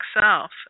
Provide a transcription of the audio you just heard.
self